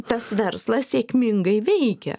tas verslas sėkmingai veikia